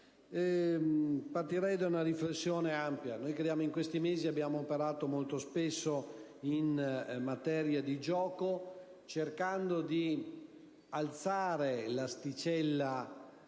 Partirei da una riflessione ampia. In questi mesi, abbiamo affrontato molto spesso la materia del gioco, cercando di alzare l'asticella